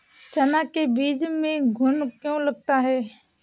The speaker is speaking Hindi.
चना के बीज में घुन क्यो लगता है?